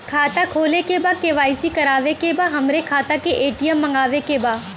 खाता खोले के बा के.वाइ.सी करावे के बा हमरे खाता के ए.टी.एम मगावे के बा?